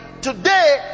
today